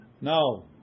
No